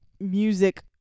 music